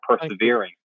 persevering